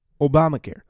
Obamacare